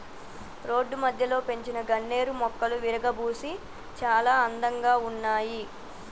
road మధ్యలో పెంచిన గన్నేరు మొక్కలు విరగబూసి చాలా అందంగా ఉన్నాయి